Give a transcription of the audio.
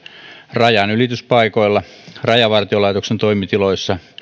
rajanylityspaikoilla rajavartiolaitoksen toimitiloissa